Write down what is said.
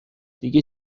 دیگه